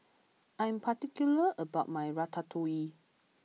I am particular about my Ratatouille